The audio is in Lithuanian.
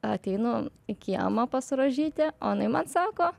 ateinu į kiemą pas rožytę o jinai man sako